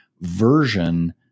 version